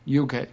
UK